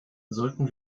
sollten